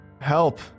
Help